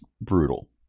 brutal